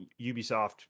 ubisoft